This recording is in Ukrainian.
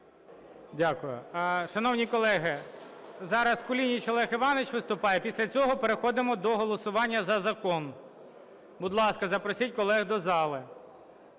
Дякую. Шановні колеги, зараз Кулініч Олег Іванович виступає. Після цього переходимо до голосування за закон. Будь ласка, запросіть колег до зали.